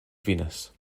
venus